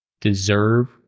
deserve